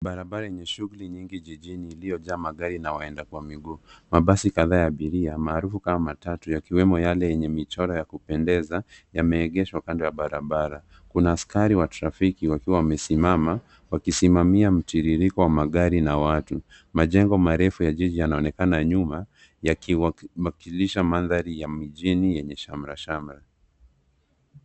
Barabara yenye shughuli nyingi jijini iliyo jaa magari na waenda kwa miguu. Mabasi kadhaa ya abiria maarufu kama matatu yakiwemo yale yenye michoro ya kupendeza yame egeshwa kando ya barabara. Kuna askari wa trafiki wakiwa wamesimama, wakisimamia mtiririko wa magari na watu. Majengo marefu ya jiji yanaonekana nyuma yakiwakilisha mandhari ya mjini yenye shamra shamra.